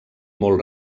molt